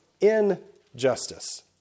injustice